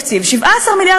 אימתני.